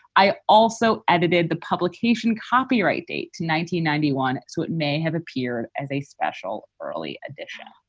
i also edited the publication copyright date to nineteen ninety one, so it may have appeared as a special early edition.